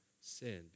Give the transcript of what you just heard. sin